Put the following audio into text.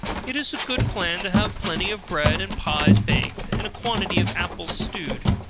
it is a good plan to have plenty of bread and pies baked, and a quantity of apples stewed,